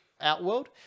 outworld